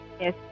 Yes